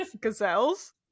Gazelles